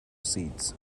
seeds